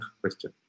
Question